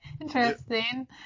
Interesting